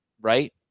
Right